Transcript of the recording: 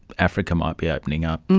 africa might be opening up,